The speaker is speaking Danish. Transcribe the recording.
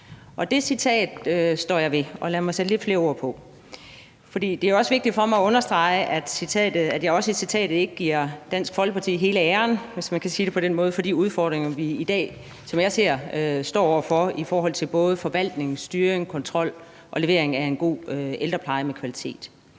Det citat står jeg ved, og lad mig sætte lidt flere ord på. For det er også vigtigt for mig at understrege, at jeg i citatet ikke giver Dansk Folkeparti hele æren, hvis man kan sige det på den måde, for de udfordringer, som jeg ser vi i dag står over for i forhold til både forvaltning, styring, kontrol og levering af en god ældrepleje med kvalitet.